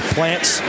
Plants